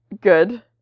Good